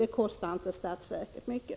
Det kostar inte statsverket mycket.